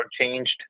changed